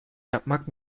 yapmak